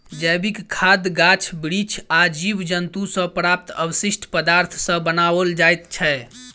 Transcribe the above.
जैविक खाद गाछ बिरिछ आ जीव जन्तु सॅ प्राप्त अवशिष्ट पदार्थ सॅ बनाओल जाइत छै